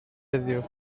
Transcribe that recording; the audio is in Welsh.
heddiw